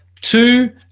two